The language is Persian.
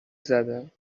زدن